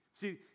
See